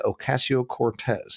Ocasio-Cortez